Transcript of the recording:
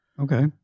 Okay